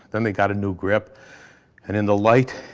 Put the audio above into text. then they got a new grip and in the light,